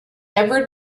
ever